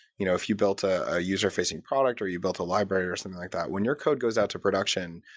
you know if you built a user-facing product or you built a library or something like that, when your code goes out to production,